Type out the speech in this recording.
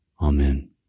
Amen